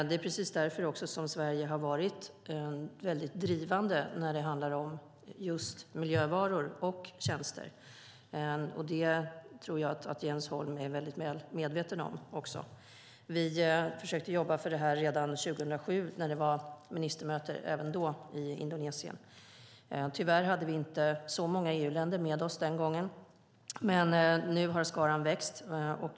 Det är precis därför som Sverige har varit väldigt drivande när det handlar om miljövaror och miljötjänster. Det tror jag att Jens Holm är väldigt väl medveten om. Vi försökte jobba för det redan 2007 när det även då var ministermöte i Indonesien. Tyvärr hade vi inte så många EU-länder med oss den gången. Men nu har skaran växt.